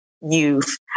youth